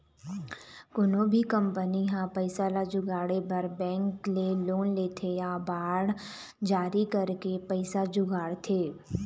कोनो भी कंपनी ह पइसा ल जुगाड़े बर बेंक ले लोन लेथे या बांड जारी करके पइसा जुगाड़थे